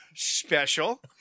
special